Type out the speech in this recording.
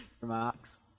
remarks